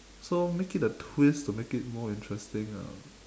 so make it a twist to make it more interesting ah